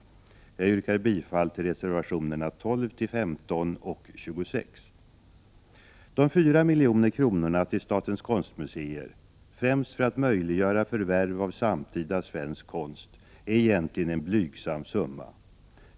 Jag yrkar bifall till reservationerna 12-15 och 26. 4 milj.kr. till statens konstmuseer, främst för att möjliggöra förvärv av samtida svensk konst, är egentligen en blygsam summa.